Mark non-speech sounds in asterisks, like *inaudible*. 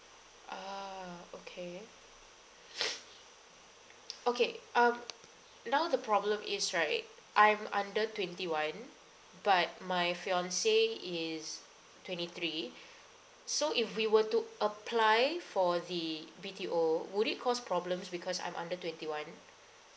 ah okay *breath* okay um now the problem is right I'm under twenty one but my fiancee is twenty three so if we were to apply for the B_T_O would it cause problems because I'm under twenty one